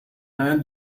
man